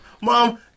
Mom